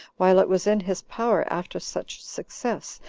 while it was in his power, after such success,